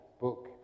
book